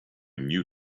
new